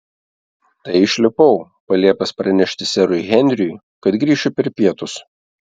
tai išlipau paliepęs pranešti serui henriui kad grįšiu per pietus